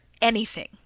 anything